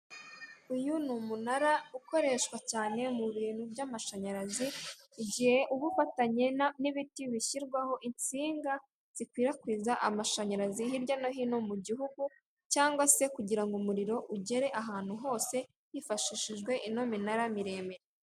Uyu ni umunara ukoreshwa cyane mu bintu byamashanyarazi mugihe uba ufatanye nibiti bishyirwaho insinga zikwirakwiza amashanyarazi hirya no hino mu gihugu cyangwa se kugirango umuriro ugera ahantu hose hifashishijwe ino minara miremire.